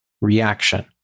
Reaction